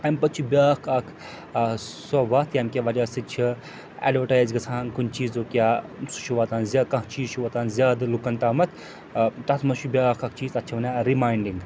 اَمہِ پَتہٕ چھُ بیٛاکھ اَکھ ٲں سۄ وَتھ ییٚمہِ کہِ وجہ سۭتۍ چھِ ایٚڈوَرٹایِز گَژھان کُنہِ چیٖزُک یا سُہ چھُ واتان ز یا کانٛہہ چیٖز چھُ واتان زیادٕ لوٗکَن تام ٲں تَتھ منٛز چھُ بیٛاکھ اَکھ چیٖز تَتھ چھِ وَنان رِماینٛڈِنٛگ